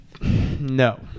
No